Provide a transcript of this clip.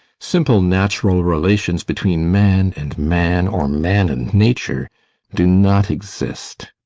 simple, natural relations between man and man or man and nature do not exist.